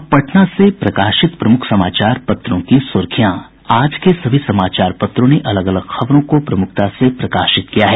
अब पटना से प्रकाशित प्रमुख समाचार पत्रों की सुर्खियां आज के सभी समाचार पत्रों ने अलग अलग खबरों को प्रमुखता से प्रकाशित किया है